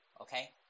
okay